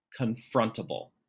confrontable